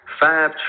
five